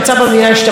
תראי,